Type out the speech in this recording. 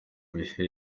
bihe